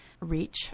reach